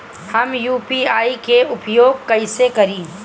हम यू.पी.आई के उपयोग कइसे करी?